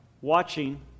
watching